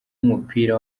w’umupira